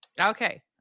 Okay